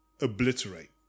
obliterate